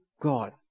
God